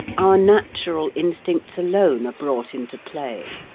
our natural instincts alone are brought into play.